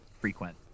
frequent